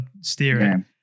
steering